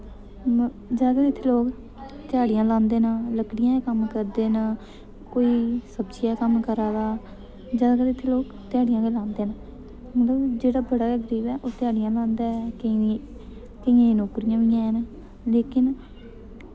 म जैदातर इत्थै लोक धयाड़ियां लांदे न लकड़ियें दा कम्म करदे न कोई सब्जियें दा कम्म करै दा जैदातर इत्थै लोक धयाड़ियां गै लांदे न मतलब जेह्ड़ा बड़ा गै गरीब ऐ ओह् धयाड़ियां लांदा ऐ केईं केइयें नौकरियां बी हैन लेकिन